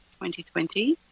2020